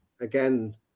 again